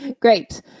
great